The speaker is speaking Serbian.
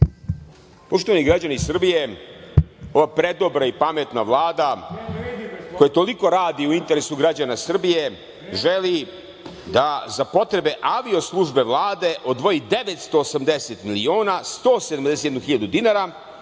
Poštovani građani Srbije, ova predobra i pametna Vlada, koja toliko radi u interesu građana Srbije, želi da za potrebe avio službe Vlade, odvoji 980 miliona 171 hiljadu dinara,